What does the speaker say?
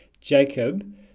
Jacob